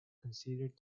considered